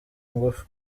ngufu